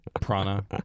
prana